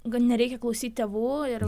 gal nereikia klausyt tėvų ir